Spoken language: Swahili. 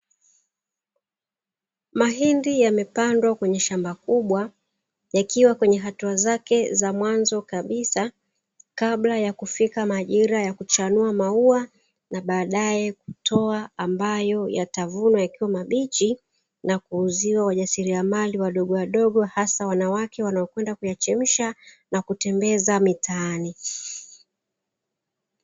Mahindi yamepandwa kwenye shamba kubwa yakiwa kwenye hatua zake za mwanzo kabisa, kabla ya kufika majira ya kuchanua maua na baadaye kutoa ambayo yatavunwa yakiwa mabichi, na kuuziwa wajasiriamali wadogowadogo, hasa wanawake wanaokwenda kuyachemsha na kutembeza mitaani.